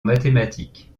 mathématiques